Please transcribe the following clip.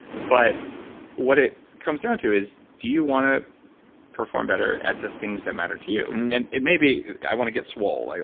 but what it comes down to is do you want to perform better at the things that matter to you. and it may be i want to get swoll.